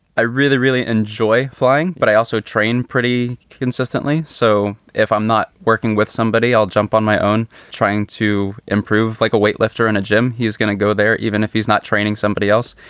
i really, really enjoy flying. but i also train pretty consistently. so if i'm not working with somebody, i'll jump on my own trying to improve like a weight lifter in a gym. he's going to go there. even if he's not training somebody else,